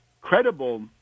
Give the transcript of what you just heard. credible